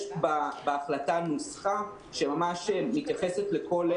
יש בהחלטה נוסחה שמתייחסת לכל עמותה בפני עצמה,